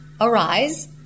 arise